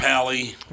Pally